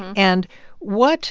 and what